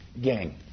Gang